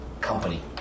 company